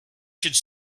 should